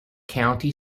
county